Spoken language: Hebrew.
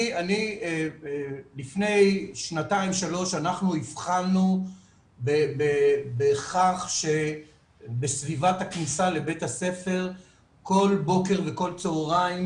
לפני שנתיים-שלוש הבחנו בכך שבסביבת הכניסה לבית הספר כל בוקר וכל צהריים